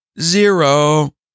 Zero